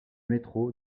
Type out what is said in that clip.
métro